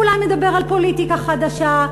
הוא אולי מדבר על פוליטיקה חדשה,